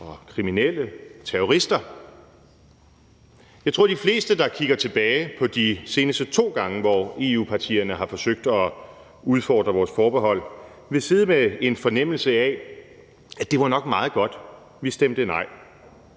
for kriminelle, for terrorister? Jeg tror, at de fleste, der kigger tilbage på de seneste to gange, hvor EU-partierne har forsøgt at udfordre vores forbehold, vil sidde med en fornemmelse af, at det nok var meget godt, at vi stemte nej,